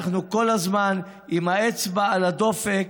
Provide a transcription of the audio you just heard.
אנחנו כל הזמן עם האצבע על הדופק,